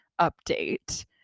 update